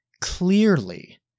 clearly